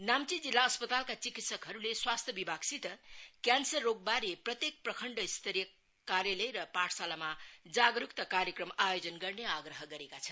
नाम्ची जिल्ला अस्पतालका चिकित्सकहरुले स्वास्थिय विभागसित क्यान्सर रोगबारे प्रत्येक प्रखण्ड स्तरीय क्रार्यालय र पाठशालामा जागरुकता कार्यक्रम आयोजन गर्ने आग्रह गरेका छन्